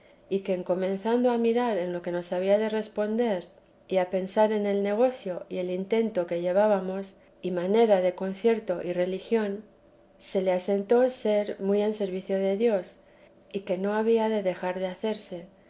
y que en comenzando a mirar lo que nos había de responder y a pensar en el negocio y el intento que llevábamos y manera de concierto y religión se le asentó ser muy en servicio de dios y que no había de dejar de hacerse